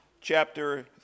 chapter